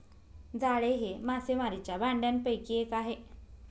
जाळे हे मासेमारीच्या भांडयापैकी एक आहे